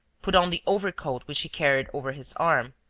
put on the overcoat which he carried over his arm,